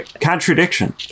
contradiction